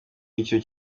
w’icyo